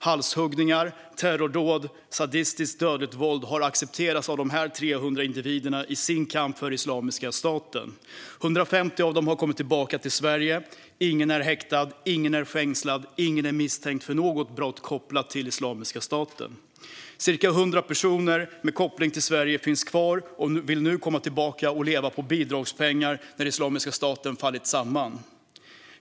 Halshuggningar, terrordåd och sadistiskt dödligt våld har accepterats av de 300 individerna i deras kamp för Islamiska staten. Av dem har 150 kommit tillbaka till Sverige. Ingen är häktad, ingen är fängslad och ingen är misstänkt för något brott kopplat till Islamiska staten. Cirka 100 personer med koppling till Sverige finns kvar och vill nu komma tillbaka och leva på bidragspengar när Islamiska staten fallit samman.